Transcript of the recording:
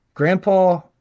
Grandpa